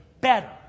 better